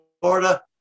Florida